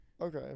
Okay